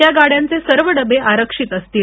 या गाड्यांचे सर्व डबे आरक्षित असतील